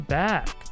back